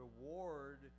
reward